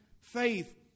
faith